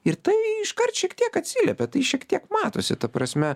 ir tai iškart šiek tiek atsiliepė tai šiek tiek matosi ta prasme